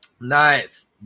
Nice